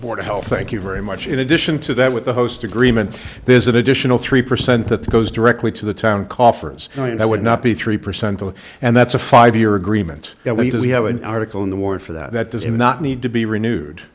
board of health thank you very much in addition to that with the host agreement there's an additional three percent that goes directly to the town coffers and i would not be three percent on and that's a five year agreement that we have an article in the ward for that does not need to be renewed